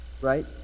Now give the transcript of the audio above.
right